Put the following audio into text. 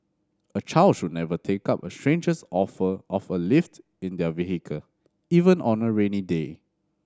a child should never take up a stranger's offer of a lift in their vehicle even on a rainy day